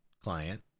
client